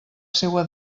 seua